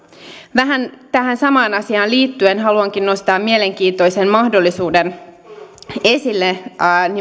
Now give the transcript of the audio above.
vähän tähän samaan asiaan liittyen haluankin nostaa mielenkiintoisen mahdollisuuden esille